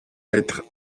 être